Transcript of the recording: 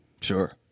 Sure